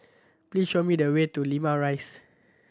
please show me the way to Limau Rise